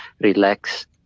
relax